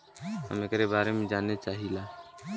हम एकरे बारे मे जाने चाहीला?